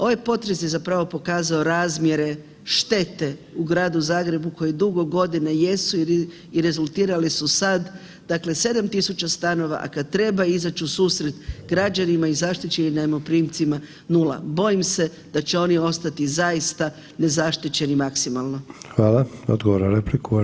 Ovaj potres je zapravo pokazao razmjere štete u Gradu Zagrebu koji dugo godina jesu i rezultirali su sad, dakle 7000 stanova, a kad treba izać u susret građanima i zaštićenim najmoprimcima 0. Bojim se da će oni ostati zaista nezaštićeni maksimalno.